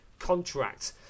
contract